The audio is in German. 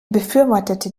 befürwortete